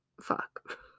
fuck